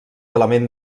element